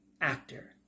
actor